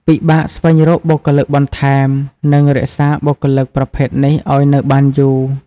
ពិបាកស្វែងរកបុគ្គលិកបន្ថែម និងរក្សាបុគ្គលិកប្រភេទនេះអោយនៅបានយូរ ។